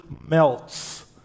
melts